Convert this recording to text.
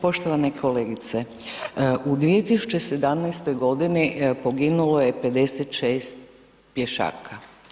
Poštovana kolegice u 2017. godini poginulo je 56 pješaka.